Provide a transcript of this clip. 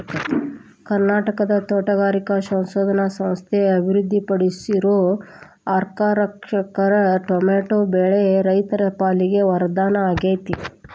ಕರ್ನಾಟಕದ ತೋಟಗಾರಿಕಾ ಸಂಶೋಧನಾ ಸಂಸ್ಥೆ ಅಭಿವೃದ್ಧಿಪಡಿಸಿರೋ ಅರ್ಕಾರಕ್ಷಕ್ ಟೊಮೆಟೊ ಬೆಳೆ ರೈತರ ಪಾಲಿಗೆ ವರದಾನ ಆಗೇತಿ